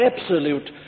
absolute